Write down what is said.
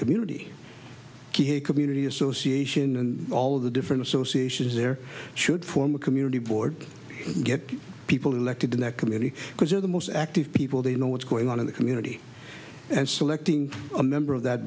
community community association and all of the different associations there should form a community board and get people elected in their community because they are the most active people they know what's going on in the community and selecting a member of that